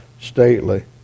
stately